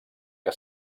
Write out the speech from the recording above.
que